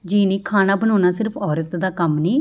ਜੀ ਨਹੀਂ ਖਾਣਾ ਬਣਾਉਣਾ ਸਿਰਫ ਔਰਤ ਦਾ ਕੰਮ ਨਹੀਂ